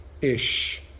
ish